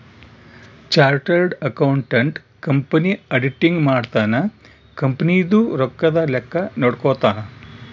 chartered accountant company auditing ಮಾಡ್ತನ company ದು ರೊಕ್ಕದ ಲೆಕ್ಕ ನೋಡ್ಕೊತಾನ